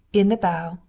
in the bow,